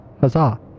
Huzzah